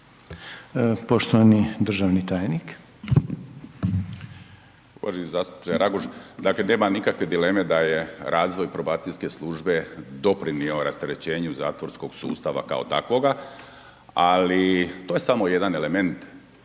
Poštovani državni tajnik.